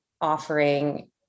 offering